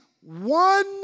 one